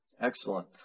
Excellent